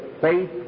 faith